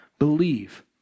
believe